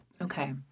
Okay